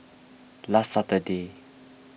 last Saturday